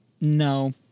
No